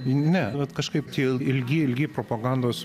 ne vat kažkaip tie ilgi ilgi propagandos